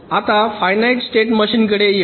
आता finite state मशीनकडे येऊ